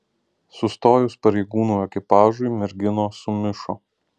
sustojus pareigūnų ekipažui merginos sumišo